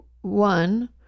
one